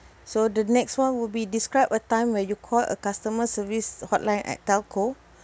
so the next [one] will be describe a time where you call a customer service hotline at telco